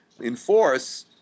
enforce